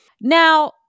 Now